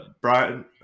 Brian